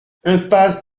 impasse